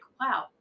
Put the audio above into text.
wow